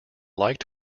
liked